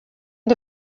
end